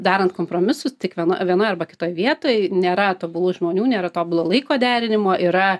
darant kompromisus tik viena vienoj arba kitoj vietoj nėra tobulų žmonių nėra tobulo laiko derinimo yra